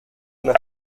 una